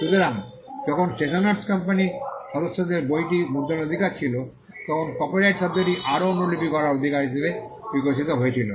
সুতরাং যখন স্টেশনেরস কোম্পানির সদস্যদের বইটি মুদ্রণের অধিকার ছিল তখন কপিরাইট শব্দটি আরও অনুলিপি করার অধিকার হিসাবে বিকশিত হয়েছিল